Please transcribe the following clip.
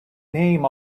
name